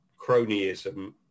cronyism